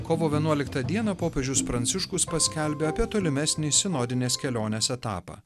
kovo vienuoliktą dieną popiežius pranciškus paskelbė apie tolimesnį sinodinės kelionės etapą